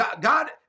God